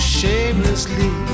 shamelessly